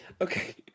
Okay